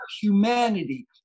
humanity